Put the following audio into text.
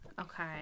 Okay